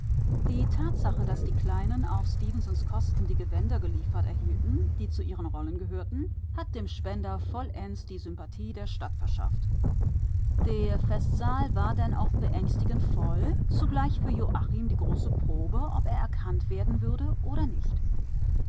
die tatsache daß die kleinen auf stefensons kosten die gewänder geliefert erhielten die zu ihren rollen gehören hat dem spender vollends die sympathie der stadt verschafft der festsaal war denn auch beängstigend voll zugleich für joachim die große probe ob er erkannt werden würde oder nicht